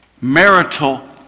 marital